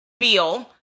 feel